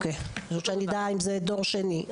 כדי שאדע האם הן דור שני.